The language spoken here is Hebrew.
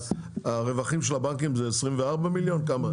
שהרווחים של הבנקים זה 24 מיליארד?